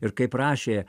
ir kaip rašė